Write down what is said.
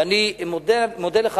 ואני מודה לך,